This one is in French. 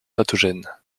pathogènes